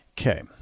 Okay